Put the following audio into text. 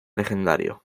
legendario